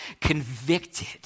convicted